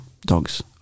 Dogs